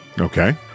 Okay